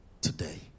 today